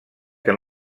que